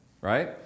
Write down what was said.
right